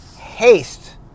Haste